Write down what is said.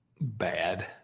bad